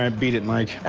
um beat it, mike.